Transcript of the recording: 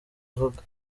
uvuga